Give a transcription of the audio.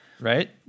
Right